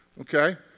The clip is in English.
Okay